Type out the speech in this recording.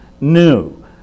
new